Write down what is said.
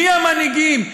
מי המנהיגים?